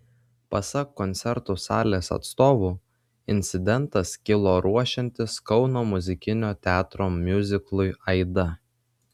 pasak koncertų salės atstovų incidentas kilo ruošiantis kauno muzikinio teatro miuziklui aida